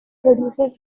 producers